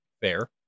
fair